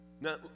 Now